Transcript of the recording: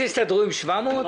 לא תסתדרו עם 700,000?